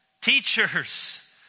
teachers